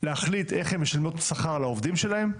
להחליט כיצד הן משלמות שכר לעובדים שלהם,